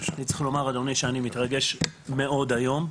אני צריך לומר אדוני שאני מתרגש מאוד היום,